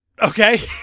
Okay